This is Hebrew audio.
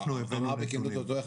סיכמו עם